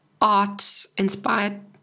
art-inspired